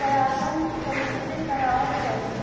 परागण कइसे करावल जाई?